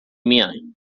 میایم